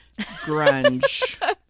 grunge